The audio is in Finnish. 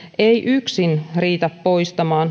ei yksin riitä poistamaan